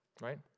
right